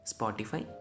Spotify